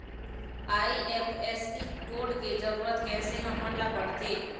IFSC code के जरूरत कैसे हमन ला पड़थे?